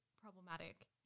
problematic